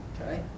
Okay